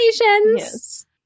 yes